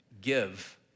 give